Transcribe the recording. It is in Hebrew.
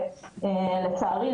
ולצערי,